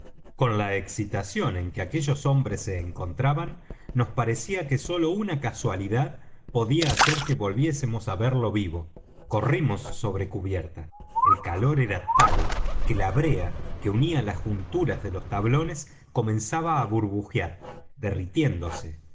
con la excitación en que aquellos hombres se encontraban nos parecía que sólo una casualidad podía hacer que volviésemos á verle vivo corrimos sobre cubierta el calor era tal que la brea que unía la juntura de los tablones comenzaba á burbujar derritiéndose